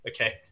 okay